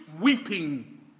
weeping